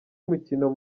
mukino